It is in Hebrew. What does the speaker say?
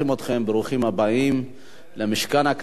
אני מקווה שאתם תראו מה אנחנו עושים כאן,